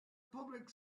public